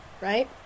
right